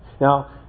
Now